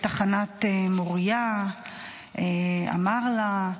תחנת מוריה אמר לה: